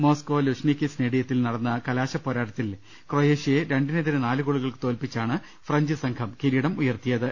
Moscow Luzhniki സ്റ്റേഡിയത്തിൽ നടന്ന കലാശപോരാട്ടത്തിൽ ക്രൊയേഷ്യയെ രണ്ടിനെ തിരെ നാലുഗോളുകൾക്ക് തോല്പിച്ചാണ് ഫ്രഞ്ച് സംഘം കിരീടം ഉയർത്തി യത്